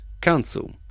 Council